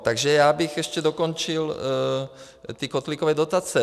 Takže já bych ještě dokončil ty kotlíkové dotace.